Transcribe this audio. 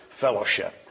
fellowship